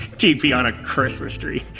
tp on a christmas tree